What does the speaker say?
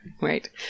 Right